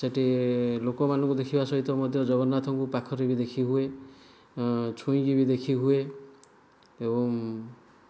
ସେଠି ଲୋକମାନଙ୍କୁ ଦେଖିବା ସହିତ ମଧ୍ୟ ଜଗନ୍ନାଥଙ୍କୁ ପାଖରେ ବି ଦେଖି ହୁଏ ଛୁଁଇକି ବି ଦେଖିହୁଏ ଏବଂ